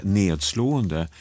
nedslående